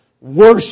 worship